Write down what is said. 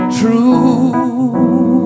true